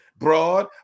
broad